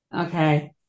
okay